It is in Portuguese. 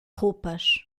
roupas